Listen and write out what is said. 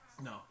No